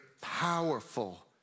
powerful